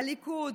הליכוד.